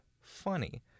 funny